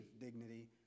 dignity